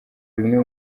bimwe